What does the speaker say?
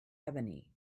ebony